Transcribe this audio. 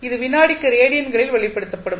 இது வினாடிக்கு ரேடியன்களில் வெளிப்படுத்தப்படும்